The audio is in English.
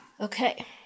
Okay